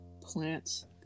plants